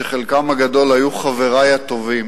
שחלקם הגדול היו חברי הטובים,